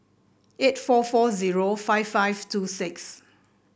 eight four four zero five five two six